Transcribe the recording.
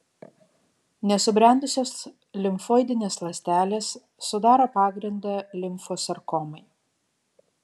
nesubrendusios limfoidinės ląstelės sudaro pagrindą limfosarkomai